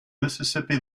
mississippi